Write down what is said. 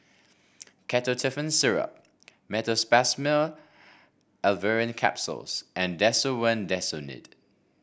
Ketotifen Syrup Meteospasmyl Alverine Capsules and Desowen Desonide